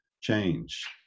change